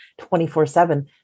24-7